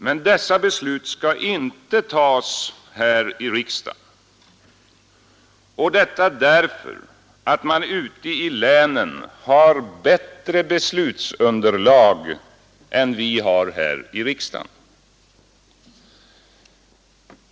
Men dessa beslut skall inte tas här i riksdagen, och detta därför att man ute i länen har bättre beslutsunderlag än vi har här i riksdagen.